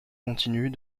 continue